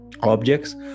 objects